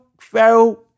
Pharaoh